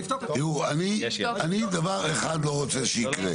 תראו, אני, דבר אחד לא רוצה שיקרה.